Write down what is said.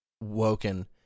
woken